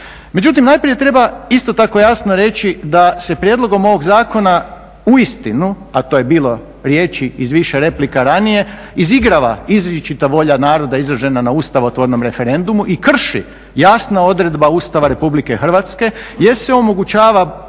Međutim, najprije treba isto tako jasno reći da se prijedlogom ovog zakona uistinu, a to je bilo riječi iz više replika ranije, izigrava izričita volja naroda izražena na ustavotvornom referendumu i krši jasna odredba Ustava Republike Hrvatske jer se omogućava